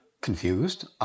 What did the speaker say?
confused